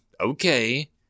okay